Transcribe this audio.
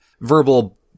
verbal